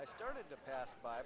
i started to pass by